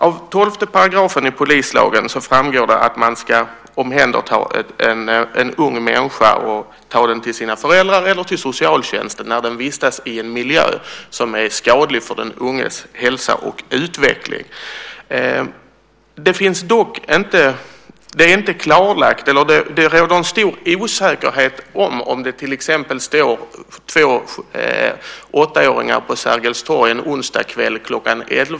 Av 12 § polislagen framgår att man ska omhänderta en ung människa och ta den till föräldrarna eller socialtjänsten när den vistas i en miljö som är skadlig för den unges hälsa och utveckling. Om det står två åttaåringar på Sergels torg en onsdagskväll kl. 11 eller kl.